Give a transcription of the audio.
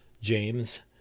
James